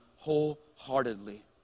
wholeheartedly